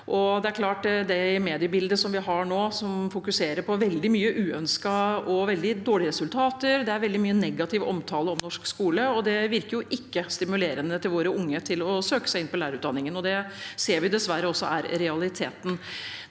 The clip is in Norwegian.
det mediebildet vi har nå – som fokuserer på veldig mye uønsket, på dårlige resultater, og med veldig mye negativ omtale av norsk skole – ikke virker stimulerende på våre unge til å søke seg inn på lærerutdanningen. Det ser vi at dessverre også er realiteten.